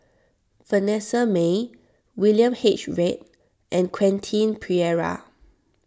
Vanessa Mae William H Read and Quentin Pereira